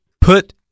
put